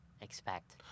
expect